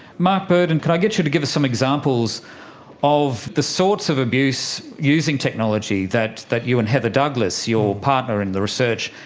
mark burton, could i get you to give us some examples of the sorts of abuse using technology that that you and heather douglas, your partner in the research,